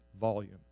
volume